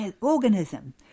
organism